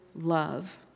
love